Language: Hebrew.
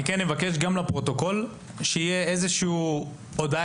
אני אבקש לפרוטוקול שתהיה איזו הודעה